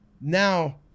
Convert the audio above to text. Now